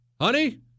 Honey